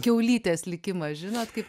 kiaulytės likimą žinot kaip